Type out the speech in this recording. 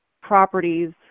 properties